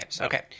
okay